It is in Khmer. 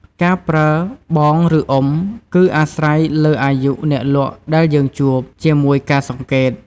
ការប្រើ “បង” ឬ “អ៊ុំ” គឺអាស្រ័យទៅលើអាយុអ្នកលក់ដែលយើងជួប ជាមួយការសង្កេត។